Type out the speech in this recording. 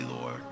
Lord